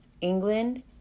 England